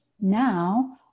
now